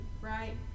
right